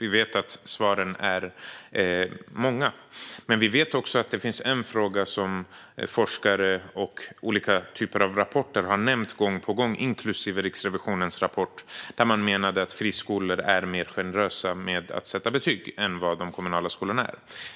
Vi vet att svaren är många. Men vi vet också att det finns en fråga som forskare och olika typer av rapporter har nämnt gång på gång, inklusive Riksrevisionens rapport, och det är att friskolor är mer generösa med att sätta betyg än vad de kommunala skolorna är.